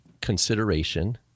consideration